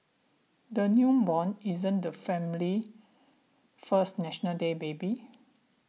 the newborn isn't the family's first National Day baby